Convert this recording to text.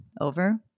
over